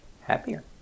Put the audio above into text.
happier